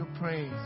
praise